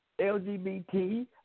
LGBT